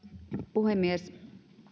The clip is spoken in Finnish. puhemies